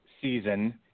season